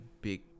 big